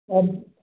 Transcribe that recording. अब